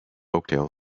oakdale